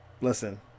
listen